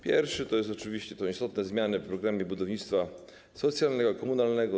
Pierwsza grupa to oczywiście istotne zmiany w programie budownictwa socjalnego, komunalnego.